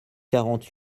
quarante